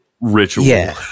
ritual